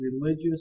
religious